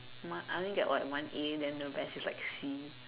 my I only get what one A then the rest is like C